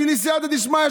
בשבילי סייעתא דשמיא,